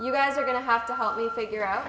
you guys are going to have to help me figure out